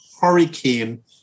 hurricane